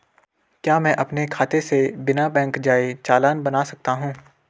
क्या मैं अपने खाते से बिना बैंक जाए चालान बना सकता हूँ?